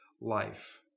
life